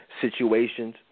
situations